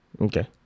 Okay